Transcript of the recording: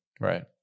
right